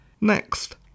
Next